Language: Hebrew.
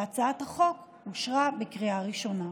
והצעת החוק אושרה בקריאה ראשונה.